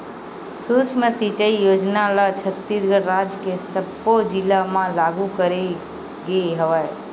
सुक्ष्म सिचई योजना ल छत्तीसगढ़ राज के सब्बो जिला म लागू करे गे हवय